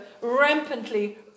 rampantly